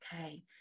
okay